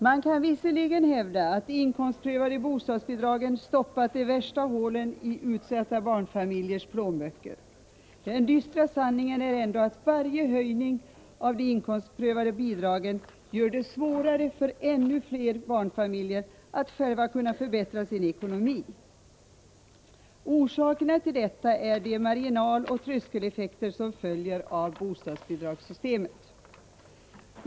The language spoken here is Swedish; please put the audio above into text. Man kan visserligen hävda att de inkomstprövade bostadsbidragen stoppat till de värsta hålen i utsatta barnfamiljers plånböcker, men den dystra sanningen är ändå att varje höjning av de inkomstprövade bidragen gör det svårare för ännu fler barnfamiljer att själva förbättra sin ekonomi. Orsakerna till detta är de marginaloch tröskeleffekter som följer av bostadsbidragssystemet.